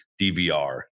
dvr